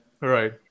Right